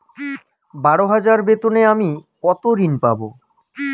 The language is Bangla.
বারো হাজার বেতনে আমি কত ঋন পাব?